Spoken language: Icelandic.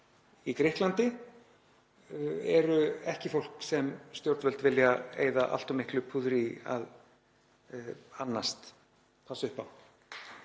í Grikklandi, eru ekki fólk sem stjórnvöld vilja eyða allt of miklu púðri í að annast og passa upp á.